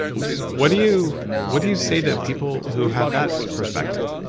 what do you what do you say to people who have that perspective?